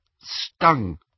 Stung